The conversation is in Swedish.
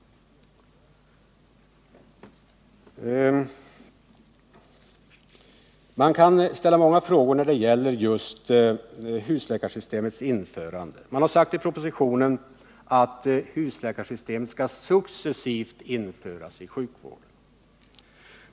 Man kan ställa många frågor när det gäller husläkarsystemets införande. I propositionen har det sagts att husläkarsystemet successivt skall införas i sjukvården.